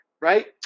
right